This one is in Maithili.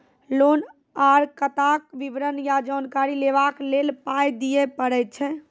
लोन आर खाताक विवरण या जानकारी लेबाक लेल पाय दिये पड़ै छै?